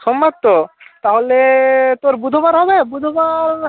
সোমবার তো তাহলে তোর বুধবার হবে বুধবার